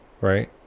right